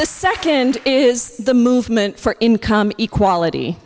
the second is the movement for income equality